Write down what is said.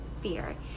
fear